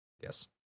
Yes